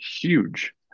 huge